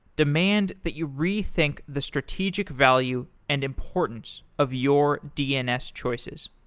demand that you rethink the strategic value and importance of your dns choices.